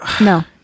no